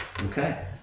Okay